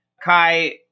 Kai